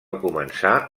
començar